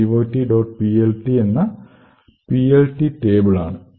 plt എന്ന PLT table ആണ്